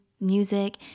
music